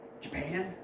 Japan